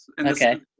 Okay